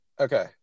Okay